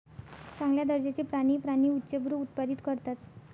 चांगल्या दर्जाचे प्राणी प्राणी उच्चभ्रू उत्पादित करतात